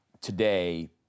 today